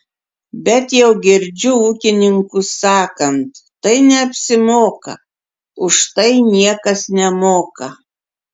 bet jau girdžiu ūkininkus sakant tai neapsimoka už tai niekas nemoka